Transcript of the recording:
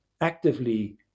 actively